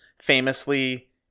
famously